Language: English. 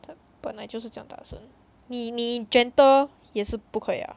本来就是这样大声你你 gentle 也是不可 ah